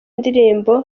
ndirimbo